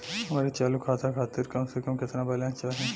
हमरे चालू खाता खातिर कम से कम केतना बैलैंस चाही?